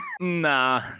Nah